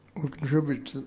who contribute to, oh,